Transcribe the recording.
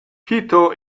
quito